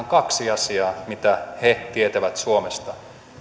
kaksi asiaa mitä he tietävät suomesta